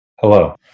Hello